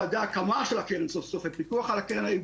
לוודא הקמה של הקרן ופיקוח על הקרן.